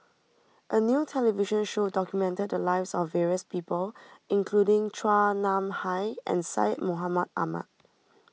a new television show documented the lives of various people including Chua Nam Hai and Syed Mohamed Ahmed